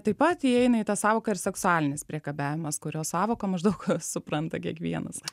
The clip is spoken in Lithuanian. taip pat įeina į tą sąvoką ir seksualinis priekabiavimas kurio sąvoką maždaug supranta kiekvienas